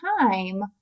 time